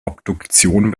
obduktion